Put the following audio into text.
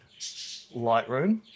Lightroom